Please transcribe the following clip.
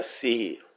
see